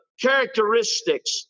characteristics